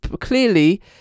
clearly